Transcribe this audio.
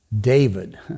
David